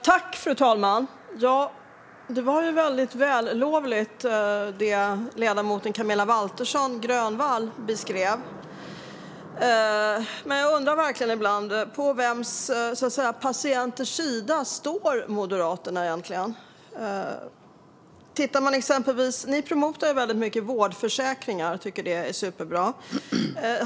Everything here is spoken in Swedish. Fru talman! Det som ledamoten Camilla Waltersson Grönvall beskrev var väldigt vällovligt, men ibland undrar jag verkligen på vilka patienters sida Moderaterna egentligen står. Moderaterna promotar vårdförsäkringar och tycker att det är superbra.